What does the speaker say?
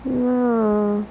ya